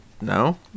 No